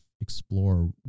explore